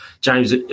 James